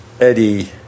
Eddie